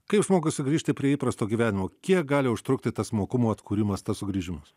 kaip žmogui sugrįžti prie įprasto gyvenimo kiek gali užtrukti tas mokumo atkūrimas tas sugrįžimas